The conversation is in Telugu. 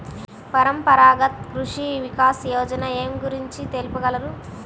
పరంపరాగత్ కృషి వికాస్ యోజన ఏ గురించి తెలుపగలరు?